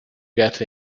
get